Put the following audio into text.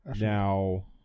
Now